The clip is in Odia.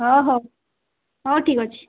ଓ ହେଉ ହେଉ ଠିକ ଅଛି